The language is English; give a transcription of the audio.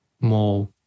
more